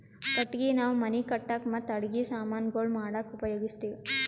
ಕಟ್ಟಗಿ ನಾವ್ ಮನಿ ಕಟ್ಟಕ್ ಮತ್ತ್ ಅಡಗಿ ಸಮಾನ್ ಗೊಳ್ ಮಾಡಕ್ಕ ಉಪಯೋಗಸ್ತಿವ್